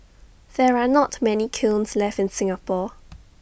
there are not many kilns left in Singapore